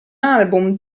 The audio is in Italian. album